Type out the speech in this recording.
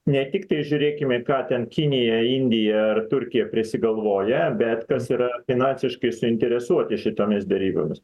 ne tikai žiūrėkime ką ten kinija indija ar turkija prisigalvoja bet kas yra finansiškai suinteresuoti šitomis derybomis